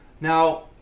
Now